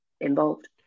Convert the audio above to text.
involved